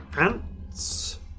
ants